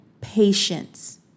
patience